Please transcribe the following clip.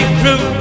crew